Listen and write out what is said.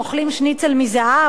אוכלים שניצל מזהב?